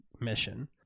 mission